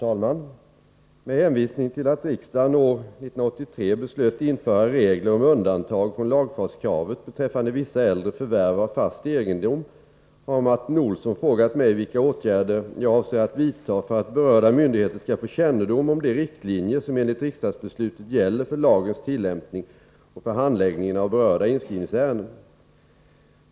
Herr talman! Med hänvisning till att riksdagen år 1983 beslöt införa regler om undantag från lagfartskravet beträffande vissa äldre förvärv av fast egendom har Martin Olsson frågat mig vilka åtgärder jag avser att vidta för att berörda myndigheter skall få kännedom om de riktlinjer som enligt riksdagsbeslutet gäller för lagens tillämpning och för handläggningen av berörda inskrivningsärenden.